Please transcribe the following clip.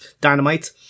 dynamite